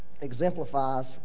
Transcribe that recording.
exemplifies